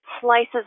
slices